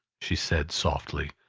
she said, softly.